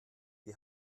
die